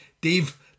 dave